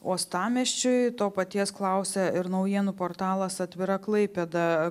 uostamiesčiui to paties klausia ir naujienų portalas atvira klaipėda